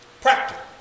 Practical